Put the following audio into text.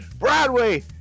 Broadway